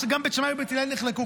גם בית שמאי ובית הלל נחלקו,